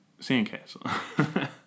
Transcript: sandcastle